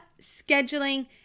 scheduling